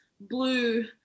blue